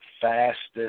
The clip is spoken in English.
fastest